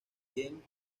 quien